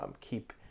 keep